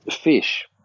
fish